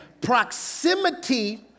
proximity